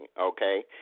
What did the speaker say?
okay